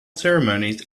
ceremonies